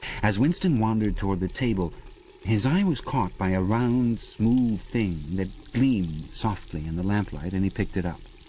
as winston wandered towards the table his eye was caught by a round, smooth thing that gleamed softly in the lamplight, and he picked it up.